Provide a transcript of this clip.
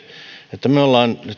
että me olemme pystyneet